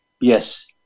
Yes